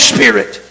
Spirit